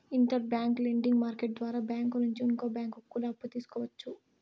inter bank lending market ద్వారా bank నుంచి ఇంకో బ్యాంకు కూడా అప్పు తీసుకోవచ్చు